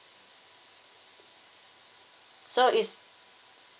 so it's